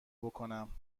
بکنم